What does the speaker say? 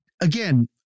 again